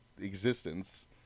existence